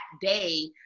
day